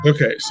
Okay